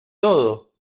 todo